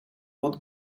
would